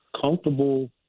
comfortable